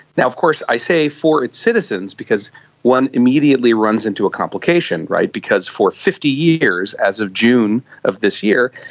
and of course i say for its citizens because one immediately runs into a complication, because for fifty years as of june of this year,